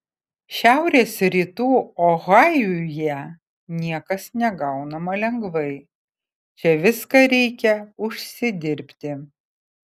šiaurės rytų ohajuje niekas negaunama lengvai čia viską reikia užsidirbti